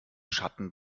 schatten